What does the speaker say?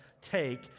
take